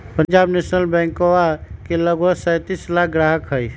Punjab national बैंकवा के लगभग सैंतीस लाख ग्राहक हई